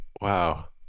Wow